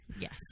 Yes